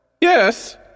Yes